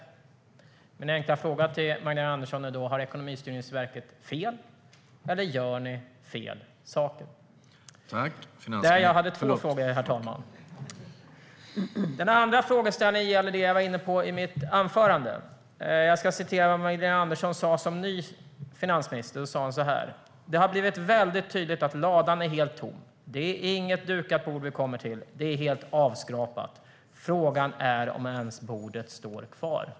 Min första enkla fråga till Magdalena Andersson är då: Har Ekonomistyrningsverket fel, eller gör ni fel saker? Den andra frågan gäller det jag var inne på i mitt anförande. Jag ska citera vad Magdalena Andersson sa som ny finansminister: "?Det har blivit väldigt tydligt att ladan är helt tom. Det är inget dukat bord vi kommer till - det är helt avskrapat. Frågan är om ens bordet står kvar."